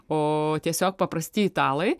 o tiesiog paprasti italai